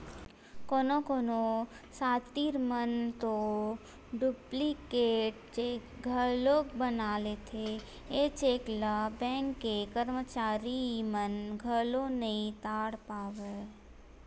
कोनो कोनो सातिर मन तो डुप्लीकेट चेक घलोक बना लेथे, ए चेक ल बेंक के करमचारी मन घलो नइ ताड़ पावय